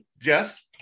Jess